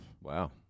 Wow